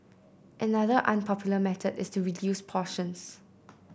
another unpopular method is to reduce portions